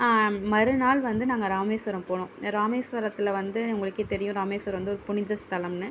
மறுநாள் வந்து நாங்கள் ராமேஸ்வரம் போனோம் ராமேஸ்வரத்தில் வந்து உங்களுக்கே தெரியும் ராமேஸ்வரம் வந்து ஒரு புனித ஸ்தலம்னு